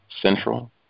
Central